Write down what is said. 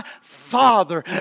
father